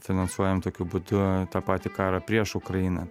finansuojam tokiu būdu tą patį karą prieš ukrainą